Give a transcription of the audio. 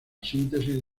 síntesis